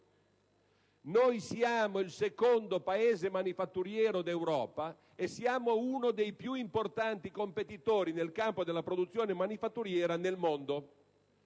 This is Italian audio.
Siamo il secondo Paese manifatturiero d'Europa e siamo uno dei più importanti competitori nel campo della produzione manifatturiera nel mondo.